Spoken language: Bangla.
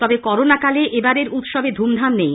তবে করোনাকালে এবারের উৎসবে ধুমধাম নেই